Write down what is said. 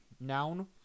noun